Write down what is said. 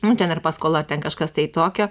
nu ten ar paskola ten kažkas tai tokio